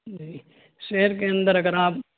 جی شہر کے اندر اگر آپ